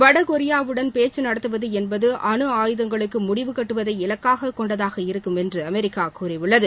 வடகொரியாவுடன் பேச்சு நடத்துவது என்பது அணு ஆயுதங்களுக்கு முடிவு கட்டுவதை இலக்காக கொண்டதாக இருக்குமென்று அமெரிக்கா கூறியுள்ளது